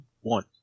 one